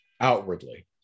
outwardly